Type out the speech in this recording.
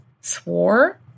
swore